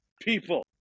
people